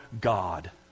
God